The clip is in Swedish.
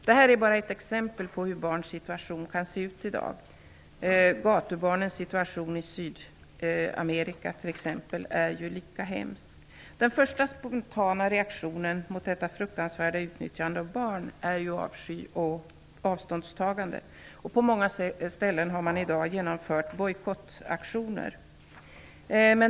Det här är bara ett exempel på hur barns situation kan se ut i dag. Gatubarnens situation i t.ex. Sydamerika är ju lika hemsk. Den första spontana reaktionen mot detta fruktansvärda utnyttjande av barn är avsky och avståndstagande. På många ställen har man i dag genomfört bojkottaktioner.